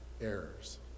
errors